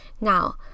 Now